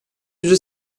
yüzde